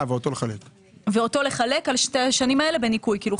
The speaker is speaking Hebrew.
ואת זה לחלק על שתי השנים האלה בניכוי.